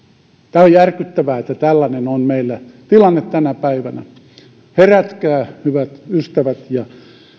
tämä on järkyttävää että tällainen on meillä tilanne tänä päivänä herätkää hyvät ystävät ja